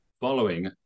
following